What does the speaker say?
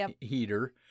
heater